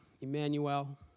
Emmanuel